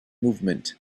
movement